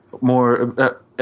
more –